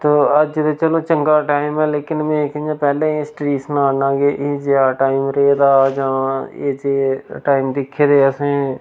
तो अज्ज ते चलो चंगा टाईम ऐ लेकिन में इक पैह्लें दी हिस्टरी सनां ना एह् जेह् टाईम रेह् दा जां एह् जेह् टाईम दिक्खे दे असें